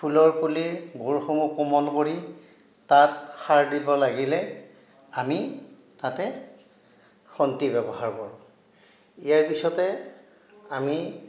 ফুলৰ পুলিৰ গুৰসমূহ কোমল কৰি তাত সাৰ দিব লাগিলে আমি তাতে খন্তি ব্যৱহাৰ কৰোঁ ইয়াৰ পিছতে আমি